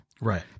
right